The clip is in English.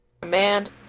Command